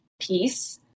peace